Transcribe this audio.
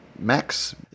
Max